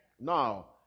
Now